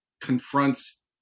confronts